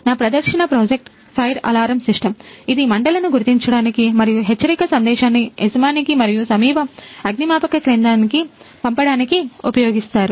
నా ప్రదర్శన project fire alarm system ఇది మంటలను గుర్తించడానికి మరియు హెచ్చరిక సందేశాన్ని యజమానికి మరియు సమీప అగ్నిమాపక కేంద్రానికి పంపడానికి ఉపయోగిస్తారు